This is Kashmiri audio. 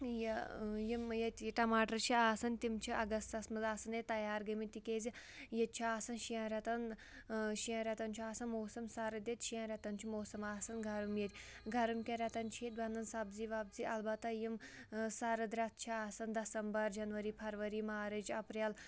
یہِ یِم ییٚتہِ ٹماٹر چھِ آسن تِم چھِ اَگستس منٛز آسان ییٚتہِ تیار گٔمٕتۍ تِکیازِ ییٚتہِ چھُ آسان شٮ۪ن رٮ۪تن شٮ۪ن رٮ۪تن چھُ آسان موسم سرٕد ییٚتہِ شٮ۪ن رٮ۪تن چھُ موسم آسان گرم ییٚتہِ گرم کٮ۪ن رٮ۪تن چھِ ییٚتہِ بنان سبزی وبزی البتہ یِم سرٕد رٮ۪تھ چھِ آسان دسمبر جنؤری فرؤری مارٕچ اپریل